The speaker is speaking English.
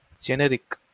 generic